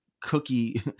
cookie